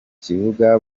kibuga